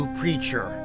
preacher